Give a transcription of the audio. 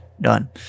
Done